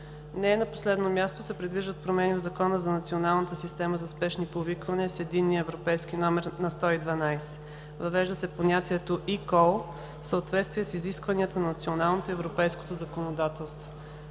Не на последно място, се предвиждат промени в Закона за Националната система за спешни повиквания с единен европейски номер на 112. Въвежда се понятието „eCall” в съответствие с изискванията на националното и европейското законодателство.